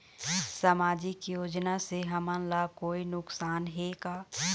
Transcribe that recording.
सामाजिक योजना से हमन ला कोई नुकसान हे का?